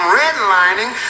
redlining